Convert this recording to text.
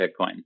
Bitcoin